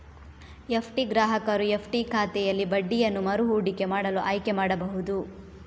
FD ಗ್ರಾಹಕರು FD ಖಾತೆಯಲ್ಲಿ ಬಡ್ಡಿಯನ್ನು ಮರು ಹೂಡಿಕೆ ಮಾಡಲು ಆಯ್ಕೆ ಮಾಡಬಹುದು